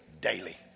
Daily